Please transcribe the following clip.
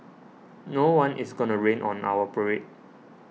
no one is gonna rain on our parade